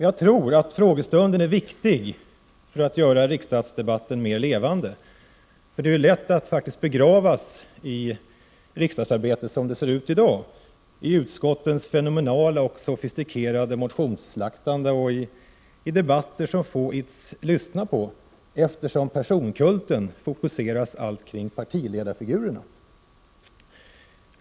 Jag tror att frågestunden är viktig för att göra riksdagsdebatten mer levande. Det är lätt att begravas i riksdagsarbetet som det ser ut i dag, med utskottens fenomenala och sofistikerade motionsslaktande och debatter som få ids lyssna på, eftersom personkulten fokuserar allt kring partiledarfigurerna.